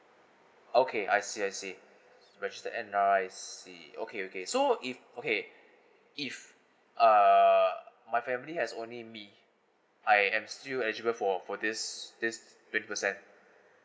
okay I see I see register N_R_I_C okay okay so if okay if err my family has only me I am still eligible for for this this twenty percent